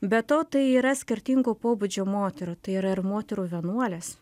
be to tai yra skirtingo pobūdžio moterų tai yra ir moterų vienuolės